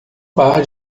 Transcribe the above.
par